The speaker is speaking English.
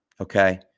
Okay